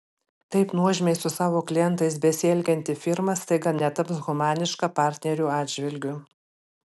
taip nuožmiai su savo klientais besielgianti firma staiga netaps humaniška partnerių atžvilgiu